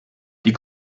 die